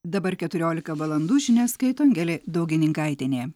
dabar keturiolika valandų žinias skaito angelė daugininkaitienė